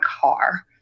car